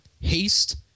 haste